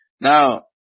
Now